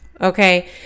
okay